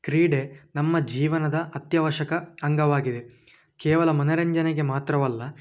ಕ್ರೀಡೆ ನಮ್ಮ ಜೀವನದ ಅತ್ಯವಶ್ಯಕ ಅಂಗವಾಗಿದೆ ಕೇವಲ ಮನರಂಜನೆಗೆ ಮಾತ್ರವಲ್ಲ